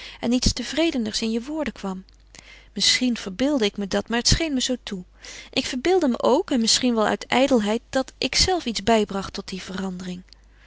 en iets tevredeners in je woorden kwam misschien verbeeldde ik me dat maar het scheen me zoo toe ik verbeeldde me ook en misschien wel uit ijdelheid dat ikzelve iets bijbracht tot die verandering